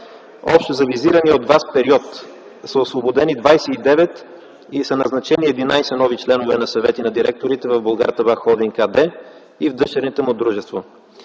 Общо за визирания от Вас период са освободени 29 и са назначени 11 нови членове на Съвета на директорите в „Булгартабак-холдинг” АД и в дъщерните му дружества.